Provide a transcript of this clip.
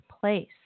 place